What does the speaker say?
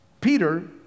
Peter